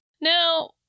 Now